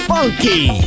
Funky